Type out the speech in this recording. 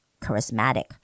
charismatic